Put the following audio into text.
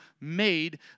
made